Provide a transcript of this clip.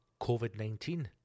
COVID-19